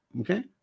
Okay